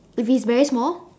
if it's very small